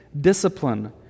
discipline